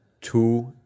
two